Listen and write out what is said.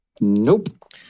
Nope